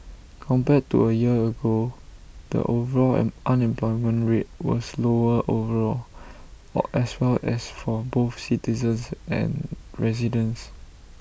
compared to A year ago the overall unemployment rate was lower overall as well as for both citizens and residents